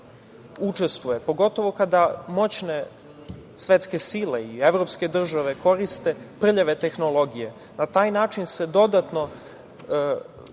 učestvuje, pogotovo kada moćne svetske sile i evropske države koriste prljave tehnologije, na taj način se dodatno